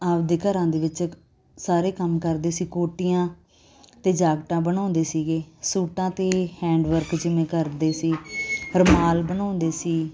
ਆਪਦੇ ਘਰਾਂ ਦੇ ਵਿੱਚ ਸਾਰੇ ਕੰਮ ਕਰਦੇ ਸੀ ਕੋਟੀਆਂ ਅਤੇ ਜਾਕਟਾਂ ਬਣਾਉਂਦੇ ਸੀਗੇ ਸੂਟਾਂ 'ਤੇ ਹੈਂਡਵਰਕ ਜਿਵੇਂ ਕਰਦੇ ਸੀ ਰੁਮਾਲ ਬਣਾਉਂਦੇ ਸੀ